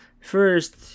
First